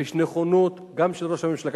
ויש נכונות גם של ראש הממשלה,